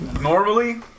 normally